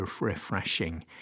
refreshing